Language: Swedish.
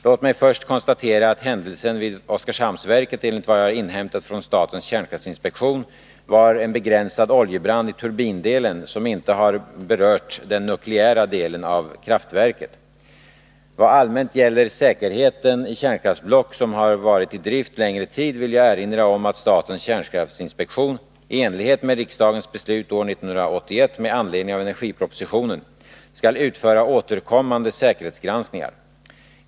Låt mig först konstatera att händelsen vid Oskarshamnsverket enligt vad jag inhämtat från statens kärnkraftinspektion var en begränsad oljebrand i turbindelen, som inte har berört den nukleära delen av kraftverket. Vad allmänt gäller säkerheten i kärnkraftsblock som har varit i drift längre tid vill jag erinra om att statens kärnkraftinspektion i enlighet med riksdagens beslut år 1981 med anledning av energipropositionen skall utföra återkommande säkerhetsgranskningar.